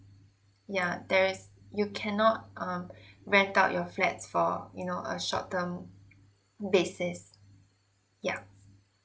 yeah there is you cannot um rent out your flats for you know a short term basis yeah